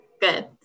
Good